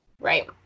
Right